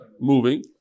moving